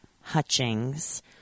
Hutchings